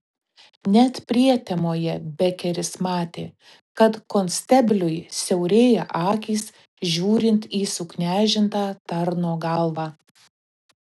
net prietemoje bekeris matė kad konstebliui siaurėja akys žiūrint į suknežintą tarno galvą